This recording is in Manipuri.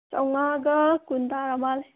ꯆꯥꯝꯃꯉꯥꯒ ꯀꯨꯟ ꯇꯥꯔꯃꯥꯜꯂꯦ